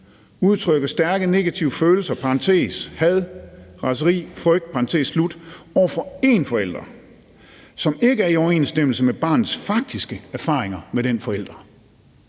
udtrykker stærke negative følelser (had, raseri, frygt) over for én forælder, som ikke er i overensstemmelse med barnets faktiske erfaringer med den forælder.